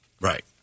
Right